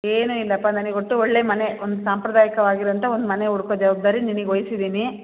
ಏನೂ ಇಲ್ಲಪ್ಪ ನನಗೆ ಒಟ್ಟು ಒಳ್ಳೆ ಮನೆ ಒಂದು ಸಾಂಪ್ರದಾಯಿಕವಾಗಿರುವಂಥ ಒಂದು ಮನೆ ಹುಡ್ಕೊ ಜವಾಬ್ದಾರಿ ನಿನಗೆ ವಹಿಸಿದ್ದೀನಿ